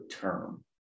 term